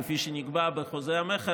כפי שנקבע בחוזה המכר,